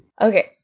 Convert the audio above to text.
Okay